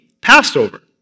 Passover